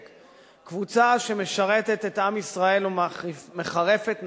קבוצה שמשרתת את עם ישראל ומחרפת נפשה,